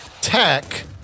tech